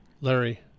larry